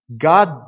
God